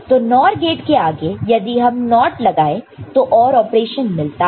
तो NOR gate के आगे यदि हम NOT लगाए तो हमें OR ऑपरेशन मिलता है